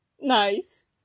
Nice